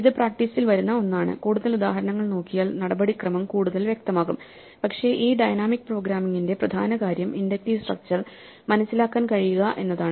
ഇത് പ്രാക്ടീസിൽ വരുന്ന ഒന്നാണ് കൂടുതൽ ഉദാഹരണങ്ങൾ നോക്കിയാൽ നടപടിക്രമം കൂടുതൽ വ്യക്തമാകും പക്ഷേ ഡൈനാമിക് പ്രോഗ്രാമിംഗിന്റെ പ്രധാന കാര്യം ഇൻഡക്റ്റീവ് സ്ട്രക്ച്ചർ മനസ്സിലാക്കാൻ കഴിയുക എന്നതാണ്